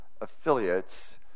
affiliates